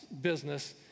business